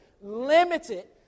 limited